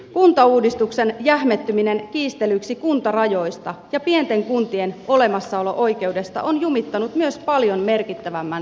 kuntauudistuksen jähmettyminen kiistelyksi kuntarajoista ja pienten kuntien olemassaolo oikeudesta on jumittanut myös paljon merkittävämmän sote uudistuksen